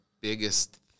biggest